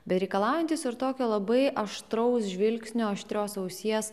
bet reikalaujantis ir tokio labai aštraus žvilgsnio aštrios ausies